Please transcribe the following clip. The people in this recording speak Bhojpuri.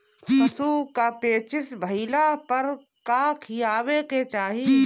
पशु क पेचिश भईला पर का खियावे के चाहीं?